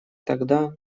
тогда